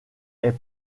est